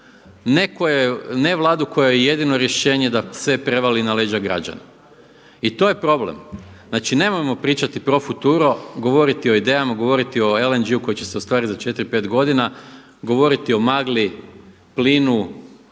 ne Vladu kojoj je jedino rješenje da sve prevali na leđa građana i to je problem. Znači nemojmo pričati pro futuro, govoriti o idejama, govoriti o LNG-u koji će se ostvariti za 4, 5 godina, govoriti o magli, plinu,